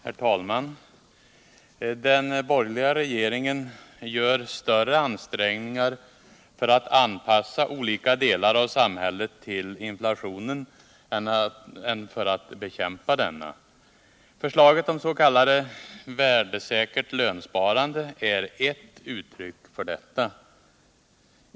Herr talman! Den borgerliga regeringen gör större ansträngningar för att anpassa olika delar av samhället till inflationen än för att bekämpa denna. Förslaget om s.k. värdesäkert lönsparande är ett uttryck för detta.